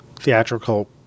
theatrical